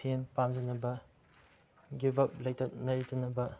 ꯁꯦꯟ ꯄꯥꯝꯖꯅꯕ ꯒꯤꯕ ꯑꯞ ꯂꯩꯇꯅꯕ